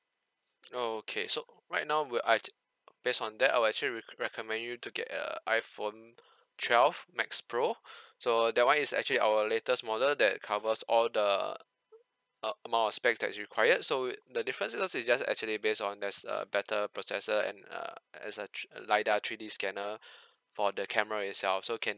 okay so right now would I based on that I'll actually recom~ recommend you to get err iphone twelve max pro so that [one] is actually our latest model that covers all the uh amount of specs that you required so the differences is just actually based on there's a better processor and err as a thr~ lidar three D scanner for the camera itself so can